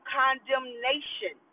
condemnation